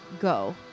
go